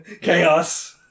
Chaos